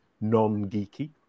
non-geeky